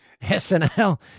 SNL